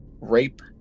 rape